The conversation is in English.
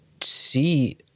see